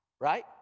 Right